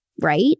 right